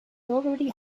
already